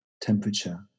temperature